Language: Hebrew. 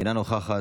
אינה נוכחת,